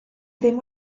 ddim